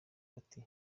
bati